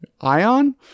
Ion